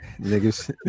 Niggas